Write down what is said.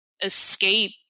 escape